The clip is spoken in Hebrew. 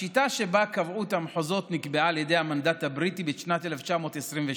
השיטה שבה קבעו את המחוזות נקבעה על ידי המנדט הבריטי בשנת 1922,